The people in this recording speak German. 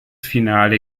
finale